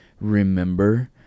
remember